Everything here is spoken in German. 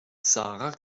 sarah